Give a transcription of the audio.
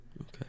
Okay